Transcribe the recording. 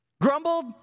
Grumbled